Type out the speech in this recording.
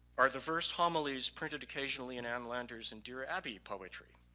are the verse homilies printed occasionally in ann landers and dear abby poetry?